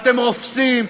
אתם רופסים,